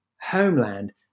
Homeland